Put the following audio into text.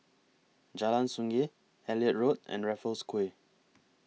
Jalan Sungei Elliot Road and Raffles Quay